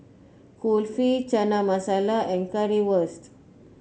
Kulfi Chana Masala and Currywurst